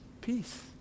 peace